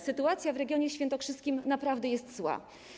Sytuacja w regionie świętokrzyskim naprawdę jest zła.